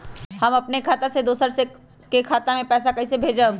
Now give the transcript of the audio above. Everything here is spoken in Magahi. हम अपने खाता से दोसर के खाता में पैसा कइसे भेजबै?